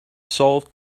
solved